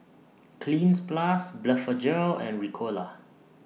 Cleanz Plus Blephagel and Ricola